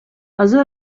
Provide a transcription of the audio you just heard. азыр